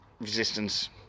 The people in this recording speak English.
Resistance